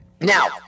Now